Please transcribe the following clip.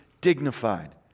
dignified